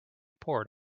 poured